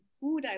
food